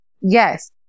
Yes